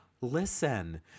Listen